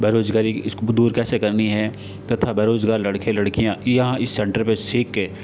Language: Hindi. बेरोजगारी उसको दूर कैसे करनी है तथा बेरोजगार लड़के लड़कियाँ यहाँ इस सेंटर पे सीख के